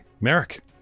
Merrick